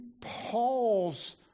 Paul's